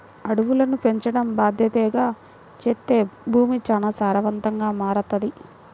అడవులను పెంచడం బాద్దెతగా చేత్తే భూమి చానా సారవంతంగా మారతది